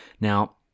Now